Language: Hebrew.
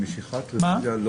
עצם משיכת הרוויזיה לא